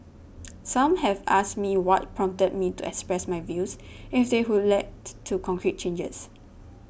some have asked me what prompted me to express my views and if they would lead to concrete changes